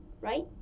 right